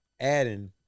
adding